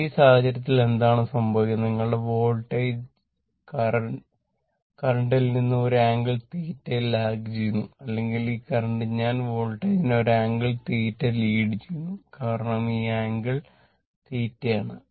ഈ സാഹചര്യത്തിൽ എന്താണ് സംഭവിക്കുന്നത് നിങ്ങളുടെ വോൾട്ടേജ് കറന്റിൽ നിന്ന് ഒരു ആംഗിൾ θ ലാഗ് ചെയ്യുന്നു അല്ലെങ്കിൽ ഈ കറന്റ് ഞാൻ ഈ വോൾട്ടേജിനെ ഒരു ആംഗിൾ θ ലീഡ് ചെയ്യുന്നു കാരണം ഈ ആംഗിൾ θ ആണ്